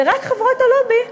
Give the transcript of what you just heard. ורק חברות הלובי,